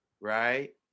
right